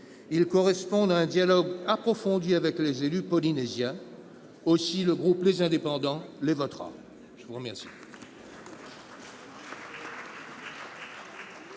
correspondent à un dialogue approfondi avec les élus polynésiens. Aussi, le groupe Les Indépendants les votera ! La parole